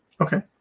Okay